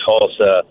Tulsa